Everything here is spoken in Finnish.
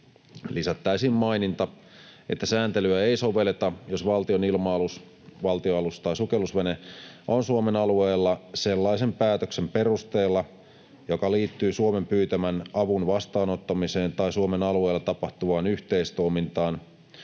lisättäisiin maininta, että sääntelyä ei sovelleta, jos valtionilma-alus, valtionalus tai sukellusvene on Suomen alueella sellaisen päätöksen perusteella, joka liittyy Suomen pyytämän avun vastaanottamiseen tai Suomen alueella tapahtuvaan yhteistoimintaan